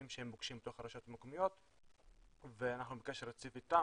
שהם פוגשים בתוך הרשויות המקומיות ואנחנו בקשר רציף איתם.